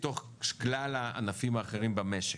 מתוך כלל הענפים האחרים במשק.